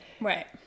Right